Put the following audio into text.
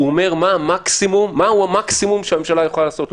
הוא אומר מהו המקסימום שהממשלה יכולה לעשות,